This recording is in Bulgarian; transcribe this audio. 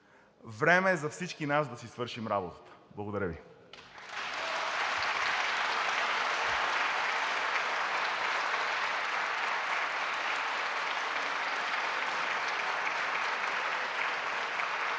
Време е за всички нас да си свършим работата. Благодаря Ви.